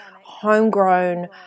homegrown